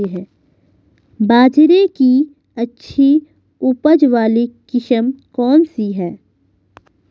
बाजरे की अच्छी उपज वाली किस्म कौनसी है?